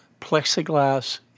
plexiglass